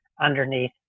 underneath